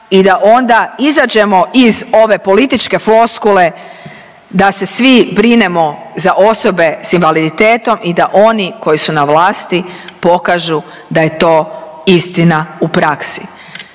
i da onda izađemo iz ove političke floskule da se svi brinemo za osobe s invaliditetom i da oni koji su na vlasti pokažu da je to istina u praksi.